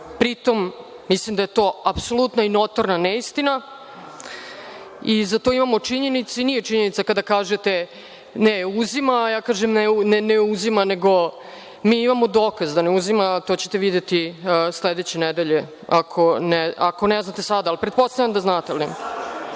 Pritom, mislim da je to apsolutna i notorna neistina i za to imamo činjenice. Nije činjenica kada kažete – ne, uzima, a ja kažem - ne uzima, nego mi imamo dokaz da ne uzima, a to ćete videti sledeće nedelje, ako ne znate sada, ali pretpostavljam da znate.(Marko